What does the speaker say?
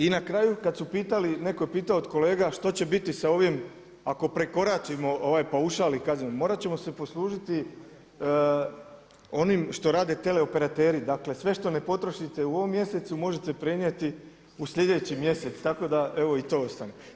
I na kraju kada su pitali, netko je pitao od kolega što će biti sa ovim ako prekoračimo ovaj paušal i kazne, morati ćemo se poslužiti onim što rade teleoperateri, dakle sve što ne potrošite u ovom mjesecu možete prenijeti u sljedeći mjesec, tako da evo i to ostane.